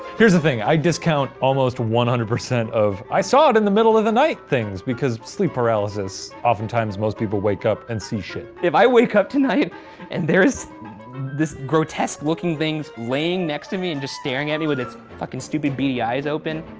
here's the thing, i discount almost one hundred percent of i saw it in the middle of the night things, because sleep paralysis, often times, most people wake up and see shit. if i wake up tonight and there is this grotesque looking thing laying next to me and just staring at me with it's fucking stupid beady eyes open,